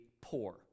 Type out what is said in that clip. poor